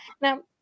now